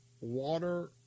Water